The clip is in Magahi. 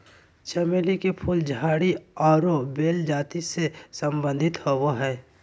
चमेली के फूल झाड़ी आरो बेल जाति से संबंधित होबो हइ